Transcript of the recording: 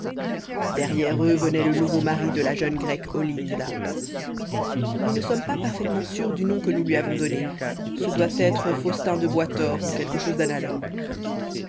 derrière eux venait le nouveau mari de la jeune grecque olinda nous ne sommes pas parfaitement sûrs du nom que nous lui avons donné ce doit être faustin de boistord ou quelque chose d'analogue